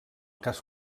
cas